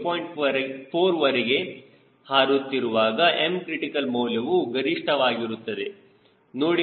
4 ವರೆಗೆ ಹಾರುತ್ತಿರುವಾಗ Mcr ಮೌಲ್ಯವು ಗರಿಷ್ಠವಾಗಿರುತ್ತದೆ ನೋಡಿಕೊಳ್ಳಬಹುದು